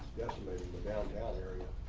decimating the downtown area.